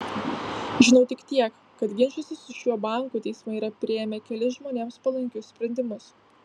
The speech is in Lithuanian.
žinau tik tiek kad ginčuose su šiuo banku teismai yra priėmę kelis žmonėms palankius sprendimus